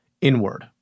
inward